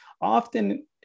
often